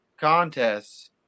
contests